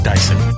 Dyson